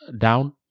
down